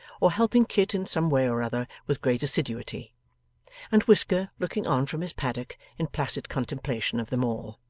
or helping kit in some way or other with great assiduity and whisker looking on from his paddock in placid contemplation of them all.